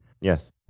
Yes